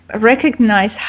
recognize